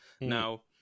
Now